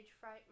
fright